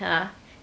ya